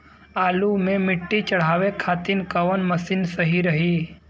आलू मे मिट्टी चढ़ावे खातिन कवन मशीन सही रही?